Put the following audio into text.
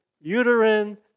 uterine